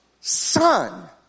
son